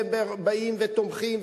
ובאים ותומכים,